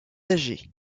âgés